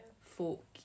folk